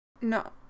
no